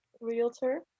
realtor